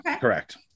Correct